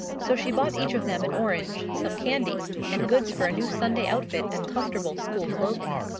so she bought each of them an orange, some candy, and goods for a new sunday outfit and comfortable school clothing.